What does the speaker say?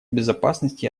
безопасности